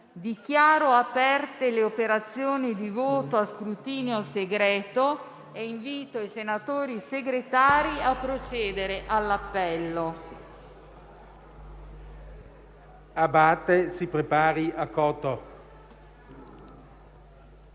Dichiaro aperte le operazioni di voto a scrutinio segreto e invito i senatori Segretari a procedere all'appello.